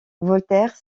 voltaire